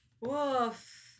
Woof